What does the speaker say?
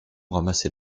ramassé